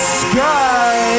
sky